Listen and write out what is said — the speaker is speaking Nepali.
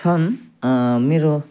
छन् मेरो